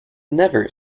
never